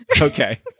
Okay